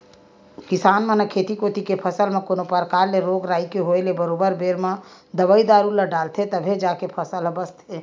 किसान मन ह खेत कोती के फसल म कोनो परकार ले रोग राई के होय ले बरोबर बेरा म दवई दारू ल डालथे तभे जाके फसल ह बचथे